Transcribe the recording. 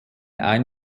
ein